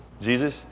Jesus